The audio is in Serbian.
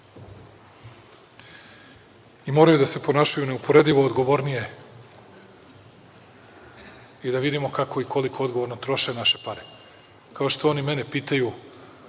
pare. Moraju da se ponašaju neuporedivo odgovornije i da vidimo kako i koliko odgovorno troše naše pare. Kao što oni mene pitaju